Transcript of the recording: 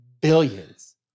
billions